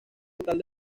total